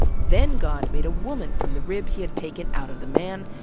then god made a woman from the rib he had taken out of the man,